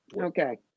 Okay